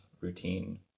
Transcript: routine